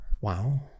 Wow